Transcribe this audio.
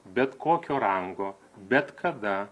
bet kokio rango bet kada